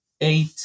eight